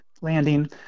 landing